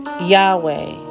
Yahweh